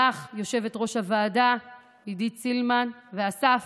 לך, יושבת-ראש הוועדה עידית סילמן, ואסף,